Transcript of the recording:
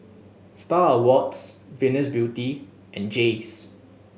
Star Awards Venus Beauty and Jays